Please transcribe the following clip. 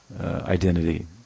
identity